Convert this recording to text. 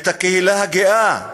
את הקהילה הגאה.